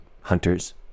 hunters